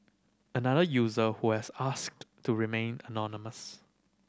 another user who has asked to remain anonymous